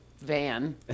van